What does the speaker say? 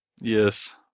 Yes